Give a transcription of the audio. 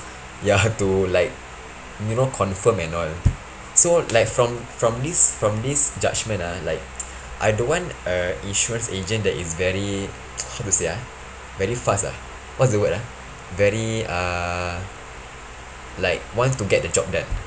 ya to like you know confirm and all so like from from this from this judgment uh like I don't want a insurance agent that is very how to say ah very fast ah what's the word ah very uh like want to get the job done